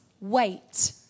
wait